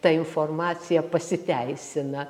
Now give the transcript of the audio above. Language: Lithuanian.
ta informacija pasiteisina